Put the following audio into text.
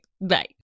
Bye